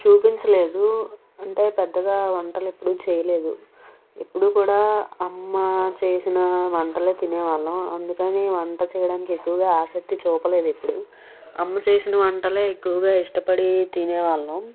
చూపించలేదు అంటే పెద్దగా వంటలెప్పుడు చేయలేదు ఎప్పుడు కూడా అమ్మా చేసినా వంటలే తినేవాళ్ళం అందుకని వంట చేయడానికి ఎప్పుడు ఆసక్తి చూపలేదు ఎప్పుడు అమ్మ చేసిన వంటలే ఎక్కువగా ఇష్టపడి తినేవాళ్ళం